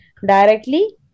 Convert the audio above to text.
directly